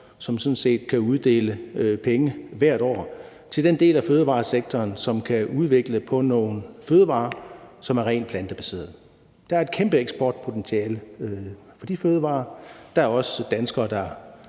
som sådan set kan uddele penge hvert år til den del af fødevaresektoren, som kan udvikle på nogle fødevarer, som er rent plantebaserede. Der er et kæmpe eksportpotentiale for de fødevarer. Der er også danskere, der